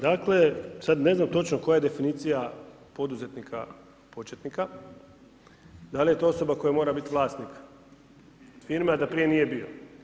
Dakle, sad ne znam točno koja je definicija poduzetnika početnika, da li je to osoba koja mora biti vlasnik firme a da prije nije bio.